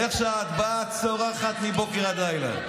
איך שאת באה, את צורחת מבוקר עד לילה.